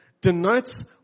denotes